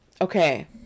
Okay